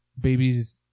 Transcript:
babies